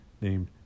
named